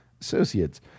Associates